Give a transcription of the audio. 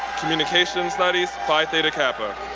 communications studies, phi theta kappa.